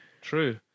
True